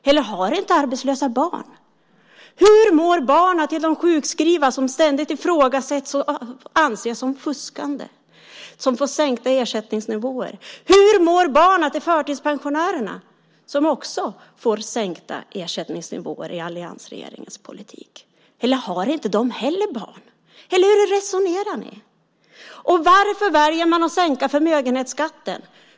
Eller har inte arbetslösa några barn? Hur mår barnen till de sjukskrivna som ständigt ifrågasätts och anses som fuskande, som får sänkta ersättningsnivåer? Hur mår barnen till förtidspensionärerna som också får sänkta ersättningsnivåer med alliansregeringens politik? Eller har inte de heller barn? Hur resonerar ni? Och varför väljer man att sänka förmögenhetsskatten?